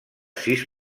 sis